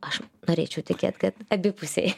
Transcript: aš norėčiau tikėti kad abipusiai